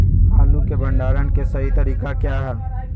आलू के भंडारण के सही तरीका क्या है?